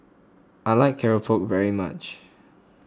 I like Keropok very much